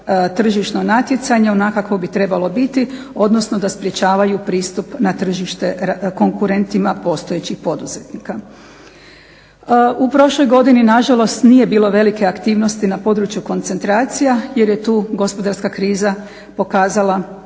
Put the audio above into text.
tržišno natjecanje onako kako bi trebalo biti, odnosno da sprječavaju pristup na tržište konkurentima postojećih poduzetnika. U prošloj godini na žalost nije bilo velike aktivnosti na području koncentracija jer je tu gospodarska kriza pokazala